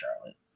Charlotte